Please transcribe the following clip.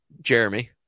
Jeremy